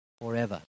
forever